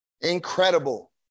incredible